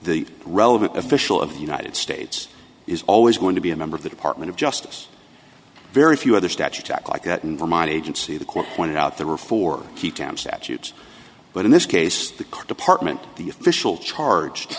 the relevant official of the united states is always going to be a member of the department of justice very few other statute to act like that in vermont agency the court pointed out there were four key town statutes but in this case the department the official charged